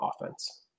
offense